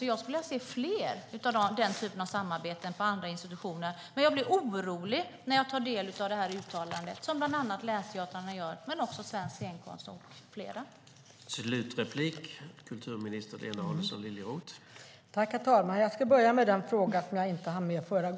Jag skulle vilja se fler av den typen av samarbete på andra institutioner. Jag blir orolig när jag tar del av det här uttalandet, som bland annat länsteatrarna men också Svensk Scenkonst och andra gör.